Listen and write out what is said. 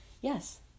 Yes